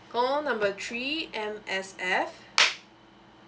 call number three M_S_F